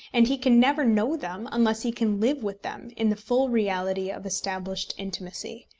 and he can never know them unless he can live with them in the full reality of established intimacy.